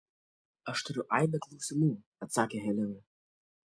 aš turiu aibę klausimų atsakė helena